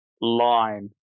line